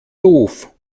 doof